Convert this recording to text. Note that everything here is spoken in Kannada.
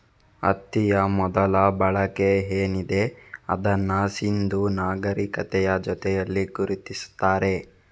ಹತ್ತಿಯ ಮೊದಲ ಬಳಕೆ ಏನಿದೆ ಅದನ್ನ ಸಿಂಧೂ ನಾಗರೀಕತೆಯ ಜೊತೇಲಿ ಗುರುತಿಸ್ತಾರೆ